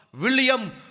William